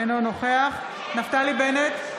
אינו נוכח נפתלי בנט,